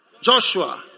Joshua